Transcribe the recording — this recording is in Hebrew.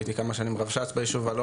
הייתי כמה שנים רבש"ץ ביישוב אלון.